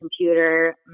computer